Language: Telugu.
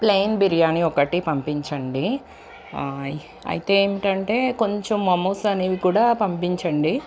ప్లయిన్ బిర్యానీ ఒకటి పంపించండి అయితే ఏంటంటే కొంచెం మమూస్ అనేవి కూడా పంపించండి